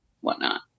whatnot